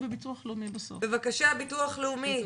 בבקשה ביטוח לאומי.